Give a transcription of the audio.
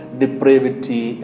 depravity